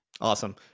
Awesome